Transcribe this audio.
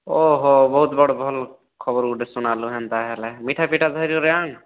ଓହୋ ବହୁତ୍ ବଡ଼ ଭଲ୍ ଖବର୍ ଗୁଟେ ସୁଣାଲ ହେନ୍ତା ହେଲେ ମିଠା ପିଠା ଧରିକିରି ଆନ୍